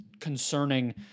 concerning